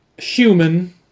human